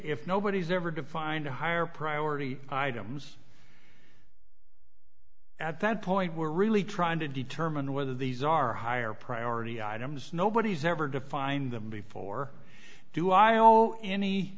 if nobody's ever defined a higher priority items at that point we're really trying to determine whether these are higher priority items nobody's ever defined them before do